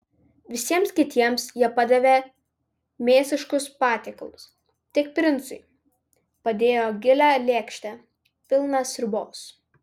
visiems kitiems jie padavė mėsiškus patiekalus tik princui padėjo gilią lėkštę pilną sriubos